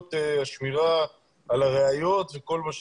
במגבלות השמירה על הראיות וכל מה שצריך.